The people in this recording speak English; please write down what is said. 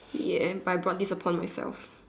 ya and by brought this upon myself